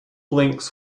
blinks